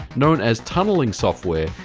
known as tunneling software,